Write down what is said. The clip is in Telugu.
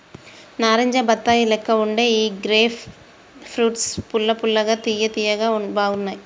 నారింజ బత్తాయి లెక్క వుండే ఈ గ్రేప్ ఫ్రూట్స్ పుల్ల పుల్లగా తియ్య తియ్యగా బాగున్నాయ్